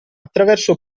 attraverso